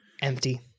Empty